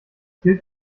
gilt